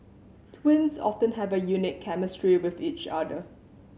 twins often have a unique chemistry with each other